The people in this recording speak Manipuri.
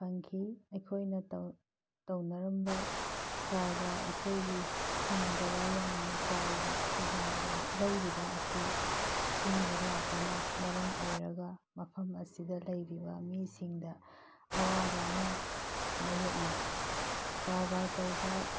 ꯐꯪꯈꯤ ꯑꯩꯈꯣꯏꯅ ꯇꯧꯅꯔꯝꯕ ꯀꯥꯔꯕꯥꯔ ꯑꯩꯈꯣꯏꯒꯤ ꯍꯤꯡꯕꯗ ꯌꯥꯝꯅ ꯆꯥꯎꯕ ꯊꯧꯗꯥꯡ ꯂꯧꯔꯤꯕ ꯑꯁꯤ ꯑꯊꯤꯡꯕ ꯂꯥꯛꯄꯅ ꯃꯔꯝ ꯑꯣꯏꯔꯒ ꯃꯐꯝ ꯑꯁꯤꯗ ꯂꯩꯔꯤꯕ ꯃꯤꯁꯤꯡꯗ ꯑꯋꯥꯕ ꯑꯃ ꯃꯥꯏꯌꯣꯛꯅꯩ ꯀꯥꯔꯕꯥꯔ ꯇꯧꯕ